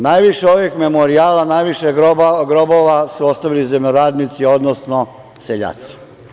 Najviše ovih memorijala, najviše grobova su ostavili zemljoradnici, odnosno seljaci.